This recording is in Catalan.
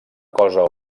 cosa